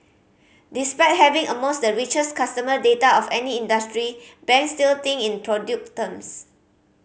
despite having amongst the richest customer data of any industry banks still think in product terms